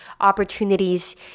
opportunities